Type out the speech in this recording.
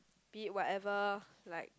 be it whatever like